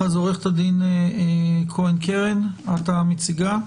עו"ד כהן קרן, בבקשה.